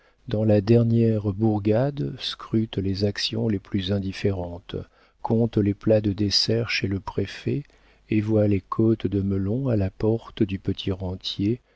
dans la dernière bourgade scrute les actions les plus indifférentes compte les plats de dessert chez le préfet et voit les côtes de melon à la porte du petit rentier